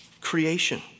creation